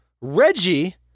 Reggie